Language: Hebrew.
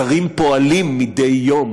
שרים פועלים מדי יום